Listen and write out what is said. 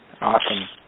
Awesome